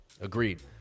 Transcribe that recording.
Agreed